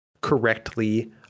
correctly